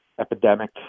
epidemic